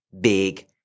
big